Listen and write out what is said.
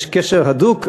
יש קשר הדוק,